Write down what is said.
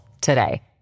today